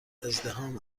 پرازدحام